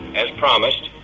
as promised,